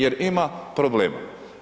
Jer ima problema.